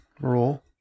roll